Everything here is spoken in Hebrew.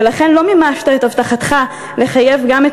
ולכן לא מימשת את הבטחתך לחייב גם את